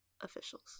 officials